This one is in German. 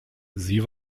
sie